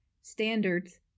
standards